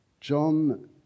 John